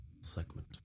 segment